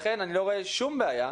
לכן אני לא רואה שום בעיה.